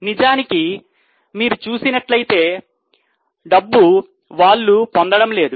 నిజానికి మీరు చూసినట్లయితే డబ్బు వాళ్లు ఎక్కువ పొందలేదు